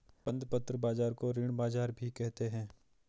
बंधपत्र बाज़ार को ऋण बाज़ार भी कहते हैं